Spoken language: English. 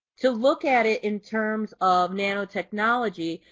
to look at it in terms of nanotechnology,